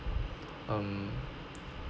um